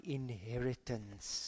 inheritance